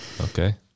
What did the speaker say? Okay